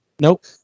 Nope